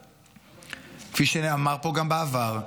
וכפי שנאמר פה גם בעבר,